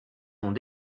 ont